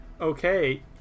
Okay